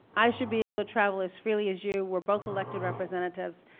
i should be able to travel as freely as you. we're both elected representatives.